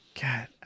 God